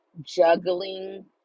juggling